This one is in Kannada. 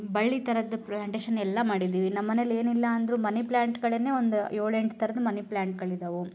ಬಳ್ಳಿ ಥರದ ಪ್ಲಾಂಟೇಷನ್ ಎಲ್ಲ ಮಾಡಿದ್ದೀವಿ ನಮ್ಮ ಮನೇಲಿ ಏನು ಇಲ್ಲ ಅಂದರೂ ಮನಿ ಪ್ಲಾಂಟ್ಗಳನ್ನೇ ಒಂದು ಏಳು ಎಂಟು ಥರದ ಮನಿ ಪ್ಲಾಂಟ್ಗಳಿದ್ದಾವೆ